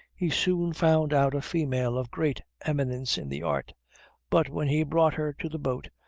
he soon found out a female of great eminence in the art but when he brought her to the boat,